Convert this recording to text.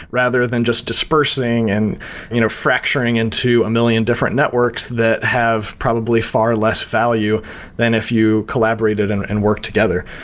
rather than just dispersing and you know fracturing into a million different networks that have probably far less value than if you collaborated and and work together?